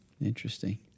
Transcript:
Interesting